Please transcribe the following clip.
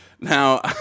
Now